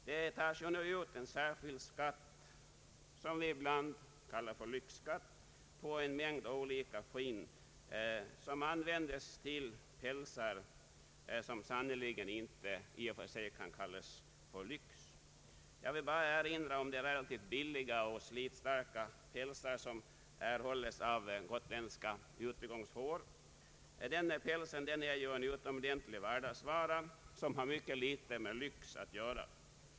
Här uttas en särskild skatt, som vi ibland kallar lyxskatt, på en mängd olika skinn som används till pälsar, som i och för sig inte kan kallas för lyx. Jag vill bara erinra om de relativt billiga och slitstarka pälsar som erhålles av gotländska utegångsfår. Sådana pälsar är en utomordentlig vardagsvara, som har mycket litet med lyx att göra.